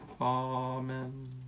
Amen